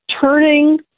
turning